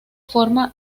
forma